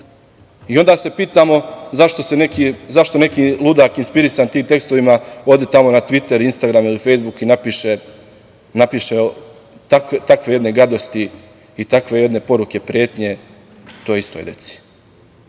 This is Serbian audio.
i onda se pitamo zašto neki ludak inspirisan tim tekstovima ode tamo na „Tviter“, „Instagram“ ili „Fejsbuk“ i napiše takve jedne gadosti i takve jedne poruke pretnje toj istoj deci. Svi